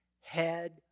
head